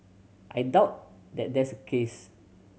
I doubt that that's the case